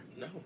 No